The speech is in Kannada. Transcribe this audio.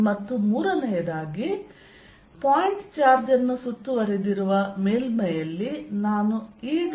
ಮತ್ತು ಮೂರನೆಯದಾಗಿ ಪಾಯಿಂಟ್ ಚಾರ್ಜ್ ಅನ್ನು ಸುತ್ತುವರೆದಿರುವ ಮೇಲ್ಮೈಯಲ್ಲಿ ನಾನು E